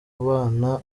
bana